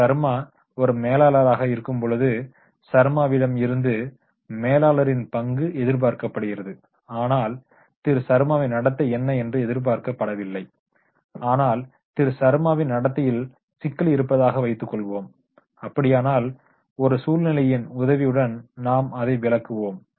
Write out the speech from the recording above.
திரு ஷர்மா ஒரு மேலாளராக இருக்கும்போது சர்மாவிடம் இருந்து மேலாளரின் பங்கு எதிர்பார்க்கப்படுகிறது ஆனால் திரு ஷர்மாவின் நடத்தை என்ன என்று எதிர்பார்க்க படவில்லை ஆனால் திரு ஷர்மாவின் நடத்தையில் சிக்கல் இருப்பதாக வைத்துக்கொள்வோம் அப்படியானால் ஒரு சூழ்நிலையின் உதவியுடன் நாம் அதை விளக்குவோம்